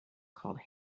called